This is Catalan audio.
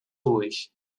ulls